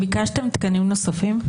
ביקשתם תקנים נוספים?